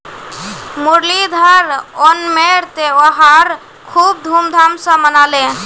मुरलीधर ओणमेर त्योहार खूब धूमधाम स मनाले